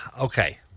Okay